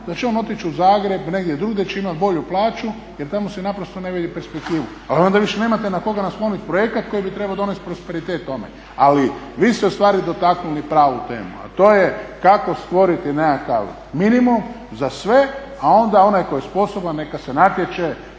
da će on otići u Zagreb ili negdje drugdje gdje će imati bolju plaću jer tamo si naprosto ne vidi perspektivu. Ali onda više nemate na koga nasloviti projekt koji bi trebao donijeti prosperitet. Ali vi ste ustvari dotaknuli pravu temu, a to je kako stvoriti nekakav minimum za sve a onda onaj tko je sposoban neka se natječe